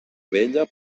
vella